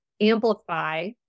amplify